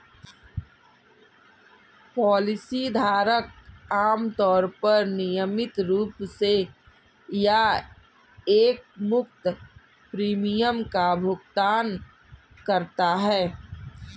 policy धारक आमतौर पर नियमित रूप से या एकमुश्त प्रीमियम का भुगतान करता है